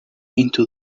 into